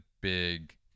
big